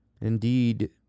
Indeed